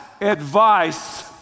advice